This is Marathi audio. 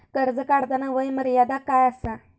कर्ज काढताना वय मर्यादा काय आसा?